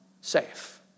safe